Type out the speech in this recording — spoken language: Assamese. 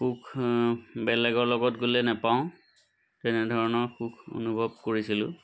সুখ বেলেগৰ লগত গ'লে নাপাওঁ তেনেধৰণৰ সুখ অনুভৱ কৰিছিলোঁ